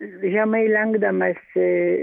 žemai lenkdamasi